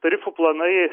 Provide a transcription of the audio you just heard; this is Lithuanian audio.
tarifų planai